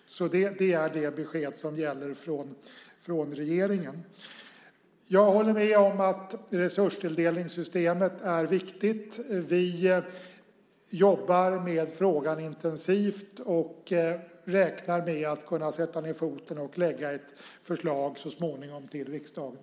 Det är det besked som gäller från regeringen. Jag håller med om att resurstilldelningssystemet är viktigt. Vi jobbar med frågan intensivt och räknar med att kunna sätta ned foten och komma med ett förslag till riksdagen så småningom.